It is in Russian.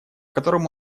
которым